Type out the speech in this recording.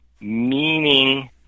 meaning